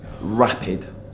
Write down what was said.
Rapid